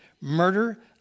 murder